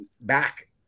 back